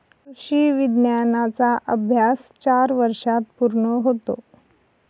कृषी विज्ञानाचा अभ्यास चार वर्षांत पूर्ण होतो